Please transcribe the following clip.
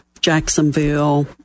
Jacksonville